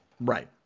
Right